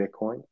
bitcoin